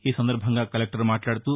ఈ సందర్భంగా కలెక్టర్ మాట్లాదుతూ